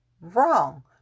wrong